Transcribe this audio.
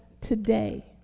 today